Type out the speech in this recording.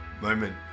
moment